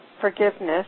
Forgiveness